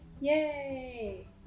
Yay